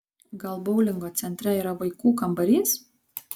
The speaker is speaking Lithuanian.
gal boulingo centre yra vaikų kambarys